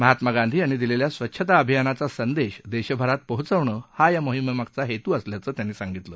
महात्मा गांधी यांनी दिलेल्या स्वच्छता अभियानाचा संदेश देशभारात पोहोचवणं हा या मोहिमेमागचा हेतू असल्याचं त्यांनी सांगितलं